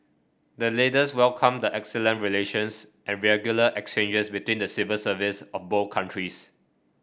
the leaders welcomed the excellent relations and regular exchanges between the civil service of both countries